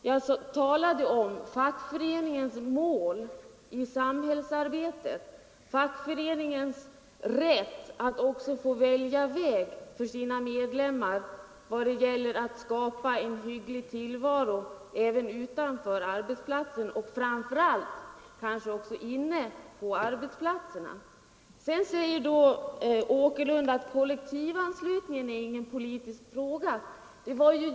Jag talade om fackföreningens mål i samhällsarbetet, fackföreningens rätt att också få välja väg för sina medlemmar, varvid det gäller att skapa en hygglig tillvaro både på och utanför arbetsplatsen Sedan säger herr Åkerlind att kollektivanslutningen inte är någon politisk fråga.